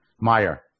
Meyer